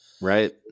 Right